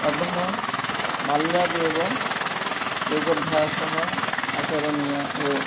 अतः बाल्यादेव योगाभ्यासः आचरणीयः एव